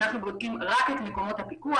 אנחנו בודקים רק את מקומות הפיקוח.